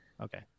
Okay